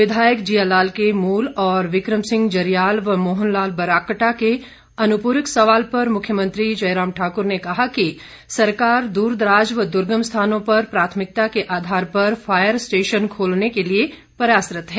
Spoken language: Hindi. विधायक जियालाल के मूल और विक्रम सिंह जरियाल व मोहन लाल ब्राक्टा के अनुपूरक सवाल पर मुख्यमंत्री जयराम ठाकुर ने कहा कि सरकार दूरदराज व दूर्गम स्थानों पर प्राथमिकता के आधार पर फायर स्टेशन खोलने के लिए प्रयासरत है